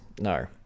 No